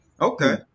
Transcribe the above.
Okay